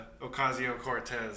Ocasio-Cortez